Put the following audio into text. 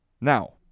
Now